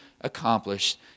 accomplished